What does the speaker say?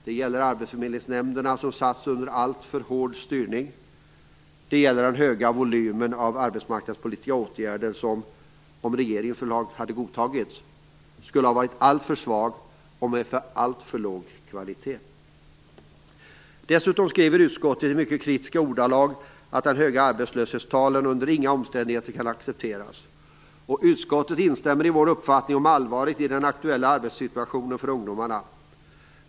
Det gäller arbetsförmedlingsnämnderna som har satts under alltför hård styrning. Det gäller den höga volymen av arbetsmarknadspolitiska åtgärder som, om regeringens förslag hade godtagits, skulle ha blivit alltför svaga och haft alltför låg kvalitet. Dessutom skriver utskottet i mycket kritiska ordalag att de höga arbetslöshetstalen under inga omständigheter kan accepteras. Utskottet instämmer i vår uppfattning om allvaret i den aktuella arbetssituationen för ungdomarna.